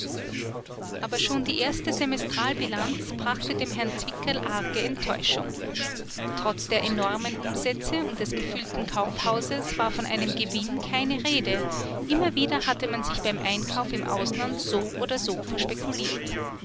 aber schon die erste semestralbilanz brachte dem herrn zwickerl arge enttäuschung trotz der enormen umsätze und des gefüllten kaufhauses war von einem gewinn keine rede immer wieder hatte man sich beim einkauf im ausland so oder so verspekuliert